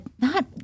not-